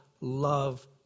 Love